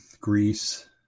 Greece